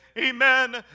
Amen